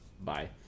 Bye